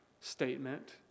statement